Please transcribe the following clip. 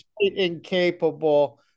incapable